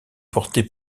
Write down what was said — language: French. portées